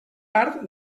part